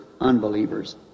unbelievers